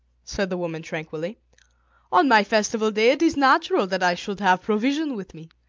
said the woman tranquilly on my festival day it is natural that i should have provision with me.